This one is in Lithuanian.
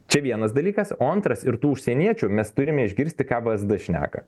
čia vienas dalykas o antras ir tų užsieniečių mes turime išgirsti ką vsd šneka